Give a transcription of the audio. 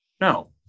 No